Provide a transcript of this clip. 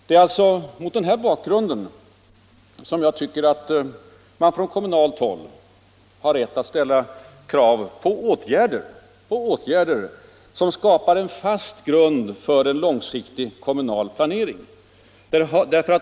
Det är alltså mot den här bakgrunden jag tycker att man från kommunalt håll har rätt att ställa krav på åtgärder som skapar en fast grund för en långsiktig kommunal planering.